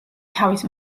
თავის